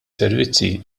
servizzi